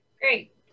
Great